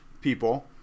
people